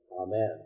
Amen